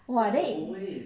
!wah! then if